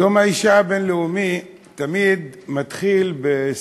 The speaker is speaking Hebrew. יום האישה הבין-לאומי תמיד מתחיל בסטטיסטיקות.